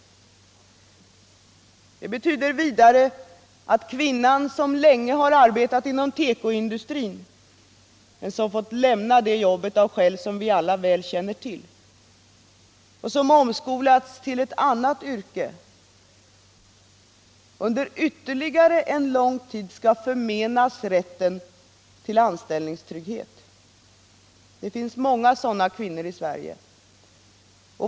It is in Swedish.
Det betyder vidare att kvinnan, som länge har arbetat inom tekoindustrin men som fått lämna det jobbet av skäl som vi alla känner till och som omskolats till ett annat yrke, under ytterligare en lång tid skall förmenas rätten till anställningstrygghet. Det finns många sådana kvinnor i Sverige.